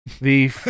the-